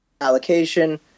allocation